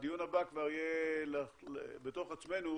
הדיון הבא יהיה בתוך עצמנו